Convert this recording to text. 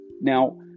Now